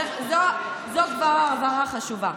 זו כבר הבהרה חשובה.